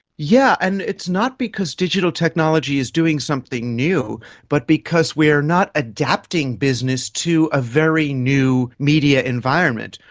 yeah and it's not because digital technology is doing something new but because we are not adapting business to a very new media environment.